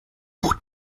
hut